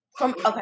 Okay